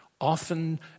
often